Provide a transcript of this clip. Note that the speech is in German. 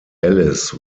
alice